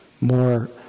more